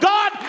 God